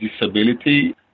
disability